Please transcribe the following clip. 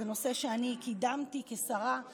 זה נושא שאני קידמתי כשרה בממשלה.